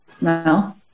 No